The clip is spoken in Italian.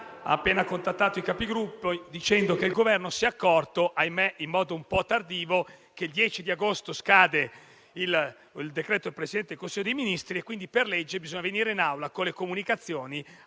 ha appena contattato i Capigruppo, dicendo che il Governo si è accorto, ahimè in modo un po' tardivo, che il 10 agosto scade il decreto del Presidente del Consiglio dei ministri e quindi, per legge, bisogna venire in Assemblea con le comunicazioni